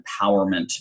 empowerment